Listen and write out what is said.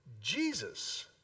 Jesus